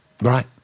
Right